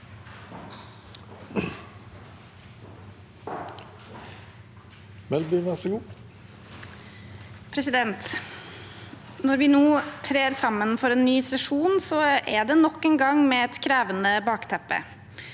Når vi nå trer sammen for en ny sesjon, er det nok en gang med et krevende bakteppe: